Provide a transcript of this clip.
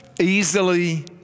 easily